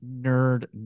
nerd